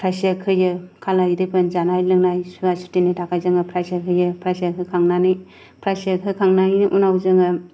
प्रायश्चित होयो खालाय दैफोन जानाय लोंनाय सुवा सुथिनि थाखाय जोङो प्रायश्चित होयो प्रायश्चित होखांनानै प्रायश्चित होखांनायनि उनाव जोङो